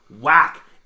whack